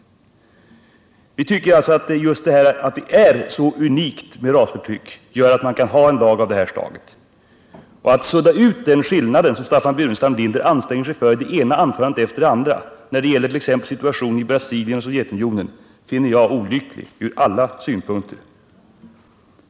Vi tycker alltså att just det förhållandet att det är så unikt med rasförtryck gör att man kan ha en sådan lag som regeringen förelägger riksdagen förslag om. Att sudda ut den skillnad som finns mellan Sydafrika och andra länder, vilket Staffan Burenstam Linder anstränger sig att göra i det ena anförandet efter det andra genom att hänvisa till situationen i t.ex. Brasilien och Sovjetunionen, finner jag olyckligt ur alla synpunkter.